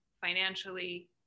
financially